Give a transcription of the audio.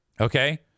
Okay